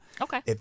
Okay